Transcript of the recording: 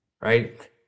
Right